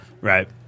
Right